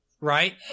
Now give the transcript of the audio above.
Right